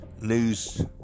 news